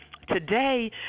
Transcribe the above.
Today